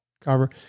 cover